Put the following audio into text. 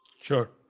sure